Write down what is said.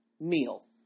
meal